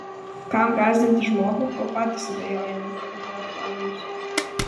kam gąsdinti žmogų kol patys abejojame kalbėjo flavijus